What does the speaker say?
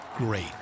great